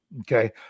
okay